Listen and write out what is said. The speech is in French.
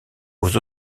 aux